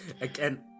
Again